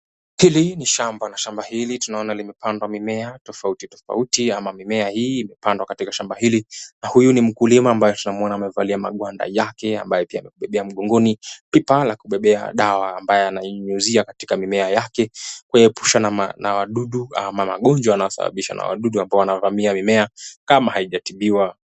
Hili ni shamba na shamba hili tunaona limepandwa mimea tofauti tofauti ama mimea hii imepandwa katika shamba hili na huyu ni mkulima ambaye tunamuona amevalia magwanda yake ambae pia amekubebea mgongoni pipa la kubebea dawa ambayo ananyunyuzia katika mimea yake kwenye pusha na wadudu ama magonjwa yanayosababishwa na wadudu ambao wanaovamia mimea kama haijatibiwa.